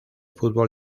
fútbol